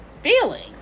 feeling